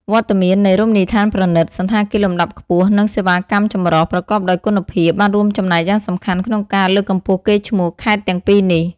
វត្តមាននៃ រមណីយដ្ឋានប្រណីត សណ្ឋាគារលំដាប់ខ្ពស់ និង សេវាកម្មចម្រុះ ប្រកបដោយគុណភាព បានរួមចំណែកយ៉ាងសំខាន់ក្នុងការ លើកកម្ពស់កេរ្តិ៍ឈ្មោះ ខេត្តទាំងពីរនេះ។